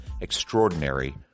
extraordinary